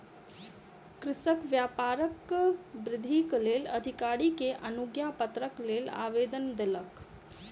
कृषक व्यापार वृद्धिक लेल अधिकारी के अनुज्ञापत्रक लेल आवेदन देलक